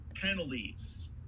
penalties